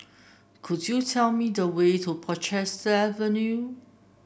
could you tell me the way to Portchester Avenue